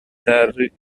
terry